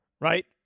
right